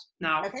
Now